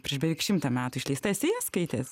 prieš beveik šimtą metų išleista esi ją skaitęs